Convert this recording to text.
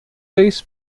seis